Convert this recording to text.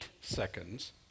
seconds